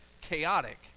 chaotic